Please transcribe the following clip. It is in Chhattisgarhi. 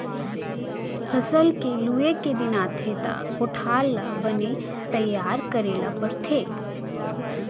फसल के लूए के दिन आथे त कोठार ल बने तइयार करे ल परथे